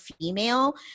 female